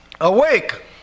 Awake